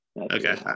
Okay